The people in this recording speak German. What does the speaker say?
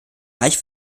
reich